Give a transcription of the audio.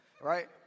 right